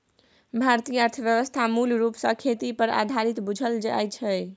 भारतीय अर्थव्यवस्था मूल रूप सँ खेती पर आधारित बुझल जाइ छै